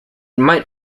might